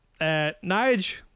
nige